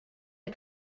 des